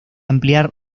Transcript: ampliar